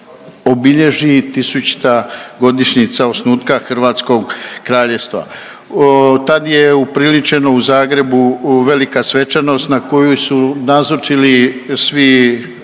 obilježi tisućima godišnjica osnutka hrvatskog kraljevstva. Tad je upriličeno u Zagrebu velika svečanost na kojoj su nazočili svi